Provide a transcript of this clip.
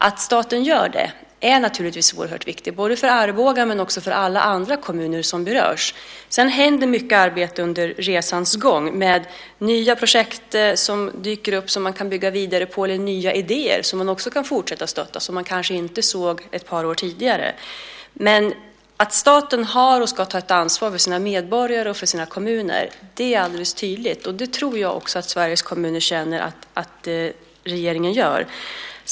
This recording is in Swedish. Att staten gör det är naturligtvis oerhört viktigt, både för Arboga och för alla andra kommuner som berörs. Det händer mycket under resans gång med nya projekt som dyker upp som man kan bygga vidare på eller nya idéer som man kan fortsätta att stötta och som man kanske inte såg ett par år tidigare. Att staten har och ska ta ett ansvar för sina medborgare och sina kommuner är alldeles tydligt, och det tror jag också att Sveriges kommuner känner att regeringen gör.